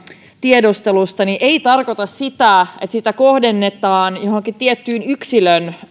tiedustelusta ei tarkoita sitä että sitä kohdennetaan jonkin tietyn yksilön